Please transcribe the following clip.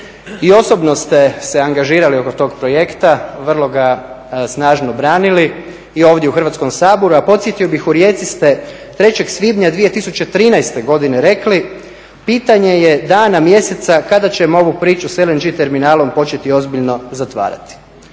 I osobno ste se angažirali oko tog projekta, vrlo ga snažno branili i ovdje u Hrvatskom saboru, a podsjetio bih u Rijeci ste 3. svibnja 2013. godine rekli pitanje je dana, mjeseca kada ćemo ovu priču s LNG terminalom početi ozbiljno zatvarati.